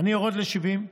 אני יורד ל-70%,